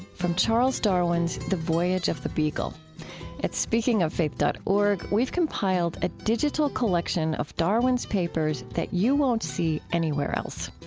from charles darwin's the voyage of the beagle at speakingoffaith dot org, we've compiled a digital collection of darwin's papers that you won't see anywhere else.